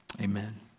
Amen